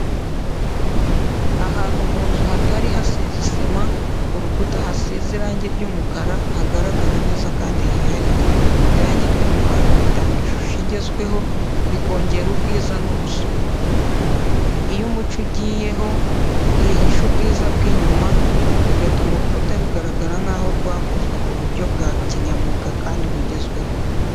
Ahantu mu nzu hatari hasize isima kurukuta hasize irangi ry’umukara hagaragara neza kandi hihariye. Irangi ry’umukara ritanga ishusho igezweho, rikongera ubwiza n’ubusuku. Iyo umucyo ugiyeho, hihisha ubwiza bw’inyuma, bigatuma urukuta rugaragara nk’aho rwakozwe ku buryo bwa kinyamwuga kandi bugezweho.